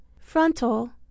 frontal